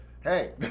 hey